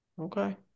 okay